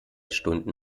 stunden